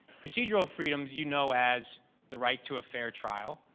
procedural freedoms, you know as the right to a fair trial,